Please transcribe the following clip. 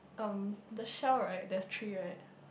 um the shell right there's three right